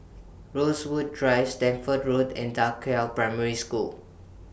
Rosewood Drive Stamford Road and DA Qiao Primary School